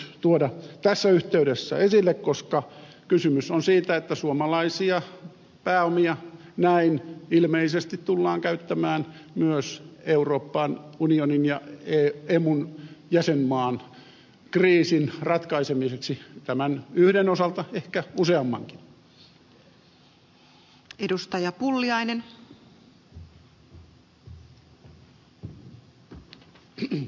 tämän halusin tuoda tässä yhteydessä esille koska kysymys on siitä että suomalaisia pääomia näin ilmeisesti tullaan käyttämään myös euroopan unionin ja emun jäsenmaan kriisin ratkaisemiseksi tämän yhden osalta ehkä useammankin